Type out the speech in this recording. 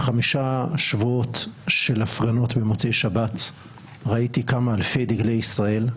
בחמישה השבועות של הפגנות במוצאי שבת ראיתי כמה אלפי דגלי ישראל,